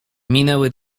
minęły